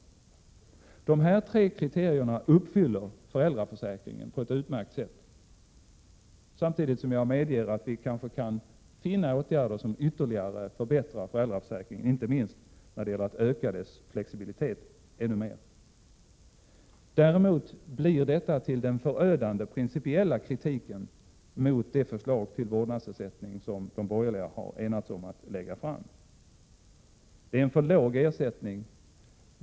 De här tre kriterierna uppfyller föräldraförsäkringen på ett utmärkt sätt. Samtidigt medger jag att vi bör kunna finna åtgärder som ytterligare förbättrar den, inte minst då det gäller att öka dess flexibilitet. Däremot blir detta till en förödande principiell kritik mot det förslag till vårdnadsersättning som de borgerliga har enats om att lägga fram. Det ger en för låg ersättning.